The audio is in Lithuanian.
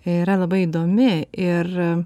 yra labai įdomi ir